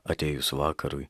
atėjus vakarui